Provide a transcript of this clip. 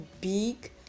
big